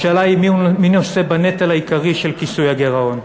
השאלה היא מי נושא בנטל העיקרי של כיסוי הגירעון.